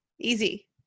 Easy